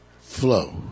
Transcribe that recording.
Flow